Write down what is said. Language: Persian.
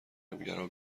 همگرا